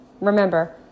Remember